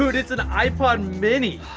um but it's an ipod mini.